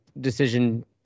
decision